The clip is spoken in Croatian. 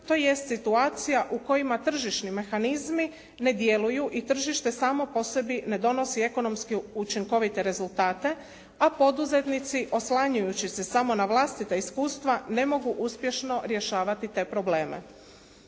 tj. situacija u kojima tržišni mehanizmi ne djeluju i tržište samo po sebi ne donosi ekonomski učinkovite rezultate a poduzetnici oslanjajući se samo na vlastita iskustva ne mogu uspješno rješavati te probleme.